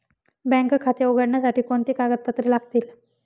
Bank खाते उघडण्यासाठी कोणती कागदपत्रे लागतील?